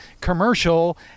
commercial